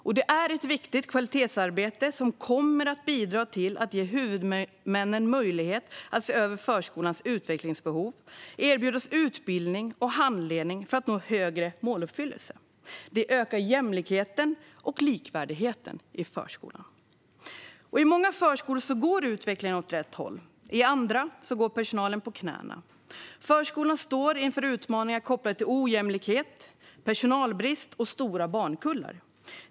Detta är ett viktigt kvalitetsarbete som kommer att bidra till att ge huvudmännen möjlighet att se över förskolans utvecklingsbehov och erbjuda utbildning och handledning för att nå högre måluppfyllelse. Det ökar jämlikheten och likvärdigheten i förskolan. I många förskolor går utvecklingen åt rätt håll. I andra går personalen på knäna. Förskolan står inför utmaningar kopplade till ojämlikhet, personalbrist och stora barnkullar.